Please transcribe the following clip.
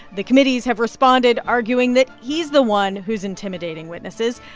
the committees have responded, arguing that he's the one who's intimidating witnesses.